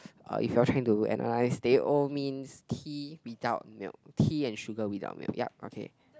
if you all try to analyse teh O means tea without milk tea and sugar without milk ya okay